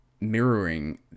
mirroring